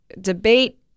debate